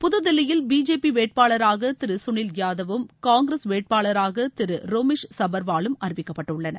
புது தில்லியில் பிஜேபிவேட்பாளராகதிருசுனில் யாதவும் காங்கிரஸ் வேட்பாளராகதிருரோமேஷ் சபர்வாலும் அறிவிக்கப்பட்டுள்ளனர்